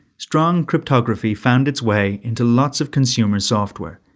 strong cryptography found its way into lots of consumer software,